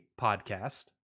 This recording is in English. podcast